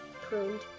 pruned